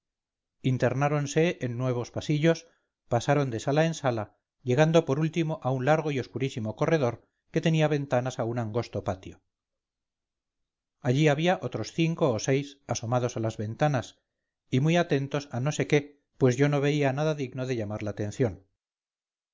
uniformes internáronse en nuevos pasillos pasaron de sala en sala llegando por último a un largo y oscurísimo corredor que tenía ventanas a un angosto patio allí había otros cinco o seis asomados a las ventanas y muy atentos a no sé qué pues yo no veía nada digno de llamar la atención